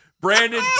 Brandon